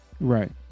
Right